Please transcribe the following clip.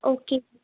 okay ਜੀ